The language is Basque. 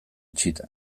itxita